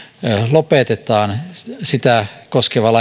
ja sitä koskevaa